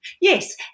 Yes